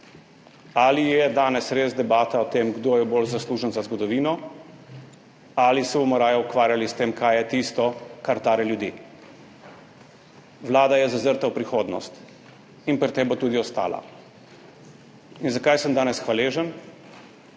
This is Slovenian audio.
Ali je danes res debata o tem, kdo je bolj zaslužen za zgodovino, ali se bomo raje ukvarjali s tem, kar je tisto, kar tare ljudi? Vlada je zazrta v prihodnost in pri tem bo tudi ostala. Zakaj sem danes hvaležen?